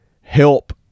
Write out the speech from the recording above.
Help